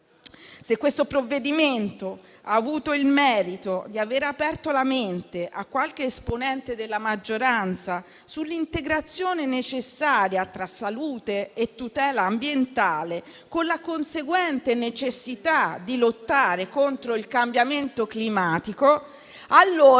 Se questo provvedimento ha avuto il merito di aprire la mente a qualche esponente della maggioranza sull'integrazione necessaria tra salute e tutela ambientale, con la conseguente necessità di lottare contro il cambiamento climatico, allora